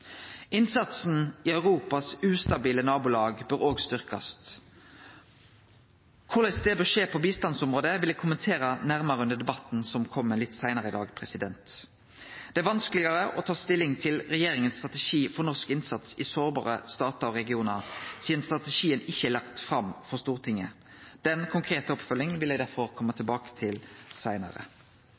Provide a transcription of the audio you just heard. Innsatsen i Europas ustabile nabolag bør òg styrkjast. Korleis det bør skje på bistandsområdet, vil eg kommentere nærare under debatten som kjem litt seinare i dag. Det er vanskelegare å ta stilling til regjeringa sin strategi for norsk innsats i sårbare statar og regionar, sidan strategien ikkje er lagd fram for Stortinget. Den konkrete oppfølginga vil eg derfor kome tilbake til seinare.